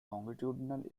longitudinal